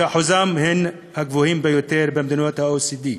ששיעורם עדיין מן הגבוהים במדינות ה-OECD.